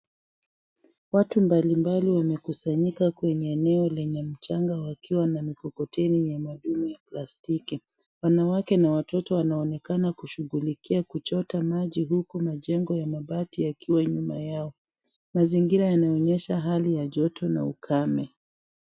Watu mbali mbali wamekusanyika kwenye eneo lenye mchanga wakiwa na mkokoteni ya magurudumu ya plastiki. Wanawake na watoto wanaonekana kushughulikia kuchota maji huku majengo ya mabati yakiwa nyuma yao. Mazingira inaonyesha hali ya joto na ukame.